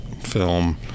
film